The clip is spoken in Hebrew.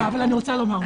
אני רוצה לומר משהו.